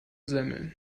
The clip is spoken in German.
semmeln